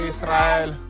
Israel